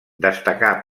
destacà